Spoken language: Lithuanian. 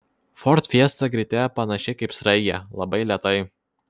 ford fiesta greitėja panašiai kaip sraigė labai lėtai